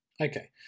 Okay